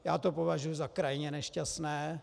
Já to považuji za krajně nešťastné.